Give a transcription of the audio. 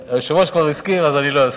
היושב-ראש כבר הזכיר, אז אני לא אזכיר.